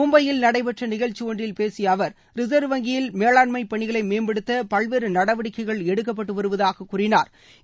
மும்பையில் நடைபெற்ற நிகழ்ச்சி ஒன்றில் பேசிய அவர் ரிசர்வ் வங்கியில் மேலாண்ஸம பணிகளை மேம்படுத்த பல்வேறு நடவடிக்கைகள் எடுக்கப்பட்டு வருவதாக கூறினாா்